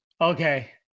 Okay